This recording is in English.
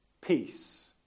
peace